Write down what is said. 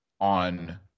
on